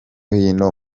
hino